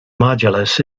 modulus